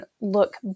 look